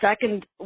second